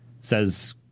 says